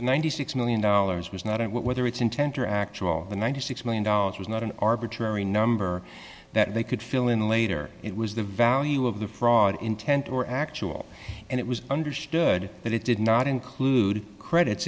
ninety six million dollars was not whether its intent or actual the ninety six million dollars was not an arbitrary number that they could fill in later it was the value of the fraud intent or actual and it was understood that it did not include credits